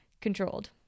controlled